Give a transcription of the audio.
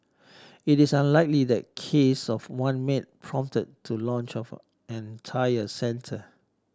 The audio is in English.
it is unlikely that case of one maid prompted to launch of an entire centre